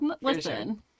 listen